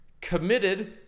committed